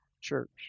church